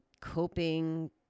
coping